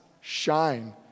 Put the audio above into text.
shine